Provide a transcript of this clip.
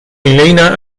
elena